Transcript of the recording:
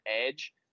edge